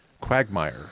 quagmire